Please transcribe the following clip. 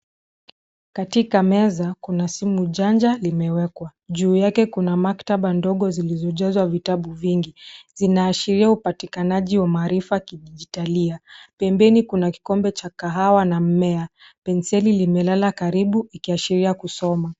Katika meza kuna simu janja limewekwa. Juu yake kuna maktaba ndogo zilizojazwa vitabu vingi. Zinaashiria upatikanaji wa maarifa kidijitalia. Pembeni kuna kikombe cha kahawa na mmea. Penseli limelala karibu, ikiashiria kusoma.